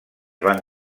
van